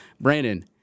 brandon